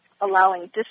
allowing